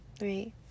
right